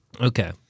Okay